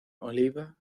oliva